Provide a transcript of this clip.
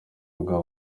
mugabo